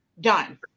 done